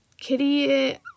Kitty